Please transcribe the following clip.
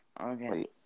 Okay